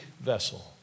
vessel